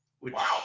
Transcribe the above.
Wow